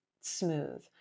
smooth